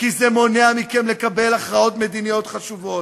כי זה מונע מכם לקבל הכרעות מדיניות חשובות.